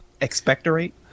expectorate